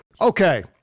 Okay